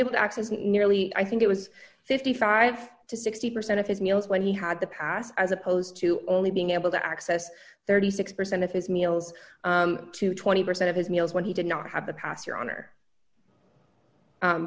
able to access nearly i think it was fifty five to sixty percent of his meals when he had the past as opposed to only being able to access thirty six percent of his meals to twenty percent of his meals when he did not have the pastor on